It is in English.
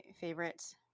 favorites